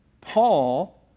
Paul